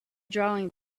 drawing